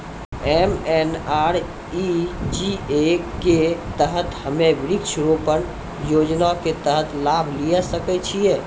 MNREGA के तहत हम्मय वृक्ष रोपण योजना के तहत लाभ लिये सकय छियै?